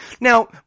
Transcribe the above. now